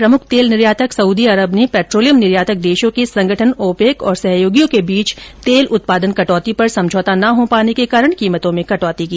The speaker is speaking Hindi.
प्रमुख तेल निर्यातक सऊदी अरब ने पेट्रोलियम निर्यातक देशों के संगठन ओपेक और सहयोगियों के बीच तेल उत्पादन कटौती पर समझौता न हो पाने के कारण कीमतों में कटौती की